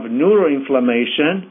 neuroinflammation